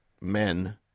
men